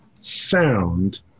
sound